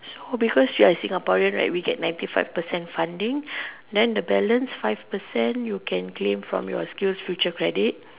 so because you're Singaporean right we get ninety five percent funding then the balance five percent you can claim from your skills future credit